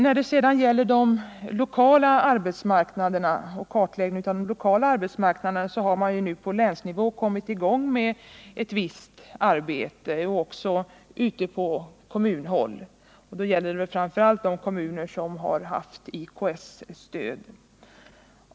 När det sedan gäller kartläggningen av de lokala arbetsmarknaderna har man på länsnivå kommit i gång med ett visst arbete. På kommunal nivå förekommer också visst arbete, framför allt i kommuner som har fått IKS stöd.